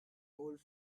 old